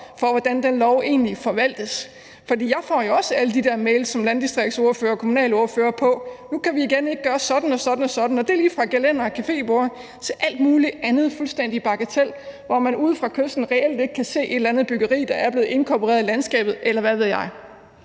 for, hvordan den lov egentlig forvaltes. For jeg får jo også alle de der mails som landdistriktsordfører og kommunalordfører om, at nu kan vi igen ikke gøre sådan og sådan. Og det er lige fra gelændere og caféborde til alt muligt andet fuldstændig bagatelagtigt, hvor man ude fra kysten reelt ikke kan se et eller andet byggeri, der er blevet inkorporeret i landskabet, eller hvad ved jeg.